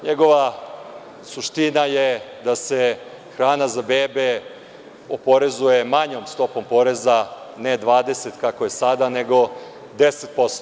Njegova suština je da se hrana za bebe oporezuje manjom stopom poreza, ne 20 kako je sada, nego 10%